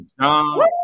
John